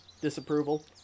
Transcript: disapproval